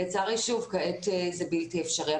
לצערי כעת זה בלתי אפשרי.